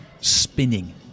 spinning